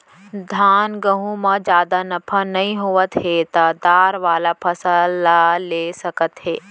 धान, गहूँ म जादा नफा नइ होवत हे त दार वाला फसल ल ले सकत हे